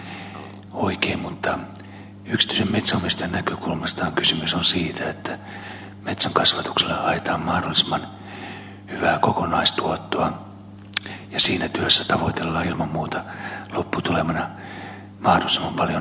rajamäen puheenvuoron nyt oikein mutta yksityisen metsänomistajan näkökulmastahan kysymys on siitä että metsänkasvatuksella haetaan mahdollisimman hyvää kokonaistuottoa ja siinä työssä tavoitellaan ilman muuta lopputulemana mahdollisimman paljon tukkipuuta